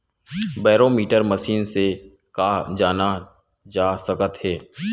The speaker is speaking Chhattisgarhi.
बैरोमीटर मशीन से का जाना जा सकत हे?